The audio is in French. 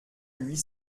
huit